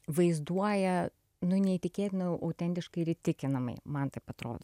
vaizduoja nu neįtikėtina autentiškai ir įtikinamai man taip atrodo